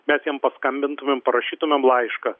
mes jiem paskambintumėm parašytumėm laišką